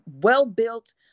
well-built